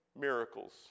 miracles